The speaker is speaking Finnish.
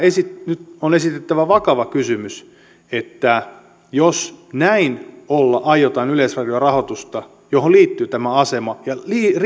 nyt on esitettävä vakava kysymys jos näin aiotaan käsitellä yleisradion rahoitusta johon liittyy tämä asema ja